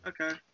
Okay